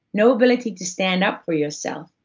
no ability to stand up for yourself,